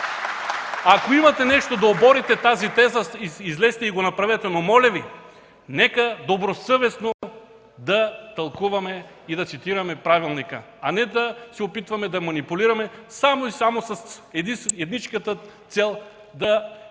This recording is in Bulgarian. Ако имате нещо, за да оборите тази теза, излезте и го направете, но моля Ви, нека добросъвестно да тълкуваме и цитираме правилника, а не да се опитваме да манипулираме само и само с едничката цел да се